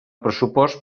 pressupost